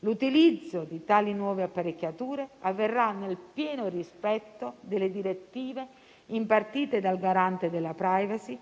L'utilizzo di tali nuove apparecchiature avverrà nel pieno rispetto delle direttive impartite dal Garante della *privacy*,